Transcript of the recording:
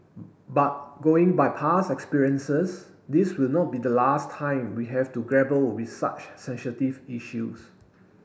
but going by past experiences this will not be the last time we have to grapple with such sensitive issues